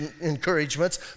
encouragements